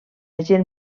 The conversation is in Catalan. gent